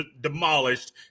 demolished